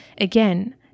Again